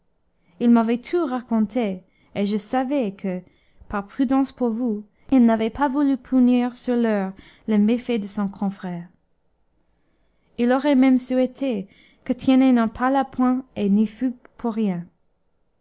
il m'avait tout raconté et je savais que par prudence pour vous il n'avait pas voulu punir sur l'heure le méfait de son confrère il aurait même souhaité que tiennet n'en parlât point et n'y fût pour rien